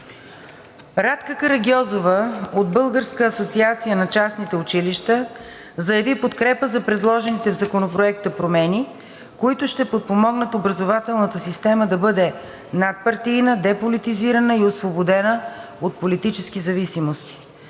Радка Карагьозова от Българската асоциация на частните училища заяви подкрепа за предложените в Законопроекта промени, които ще подпомогнат образователната система да бъде надпартийна, деполитизирана и освободена от политически зависимости.